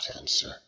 answer